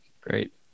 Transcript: Great